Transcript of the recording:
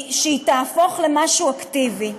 שהיא תהפוך למשהו אקטיבי.